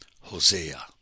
Hosea